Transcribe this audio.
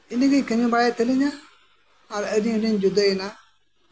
ᱩᱱᱤᱜᱮᱭ ᱠᱟᱹᱢᱤ ᱵᱟᱲᱟᱭ ᱛᱟᱹᱞᱤᱧᱟ ᱟᱨ ᱟᱹᱞᱤᱧ ᱞᱤᱧ ᱡᱩᱫᱟᱹᱭᱮᱱᱟ